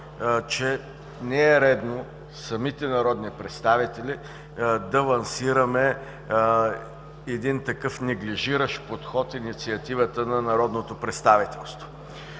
че не е редно самите народни представители да лансираме един такъв неглижиращ подход – инициативата на народното представителство.